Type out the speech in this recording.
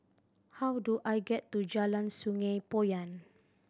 how do I get to Jalan Sungei Poyan